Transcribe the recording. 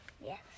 Yes